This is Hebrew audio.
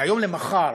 "מהיום למחר".